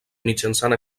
mitjançant